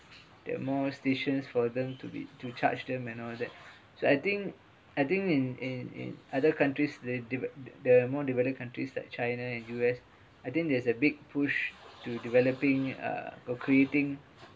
there're more stations for them to be to charge them and all that so I think I think in in in other countries they deve~ the more developed countries like china and U_S I think there's a big push to developing uh of creating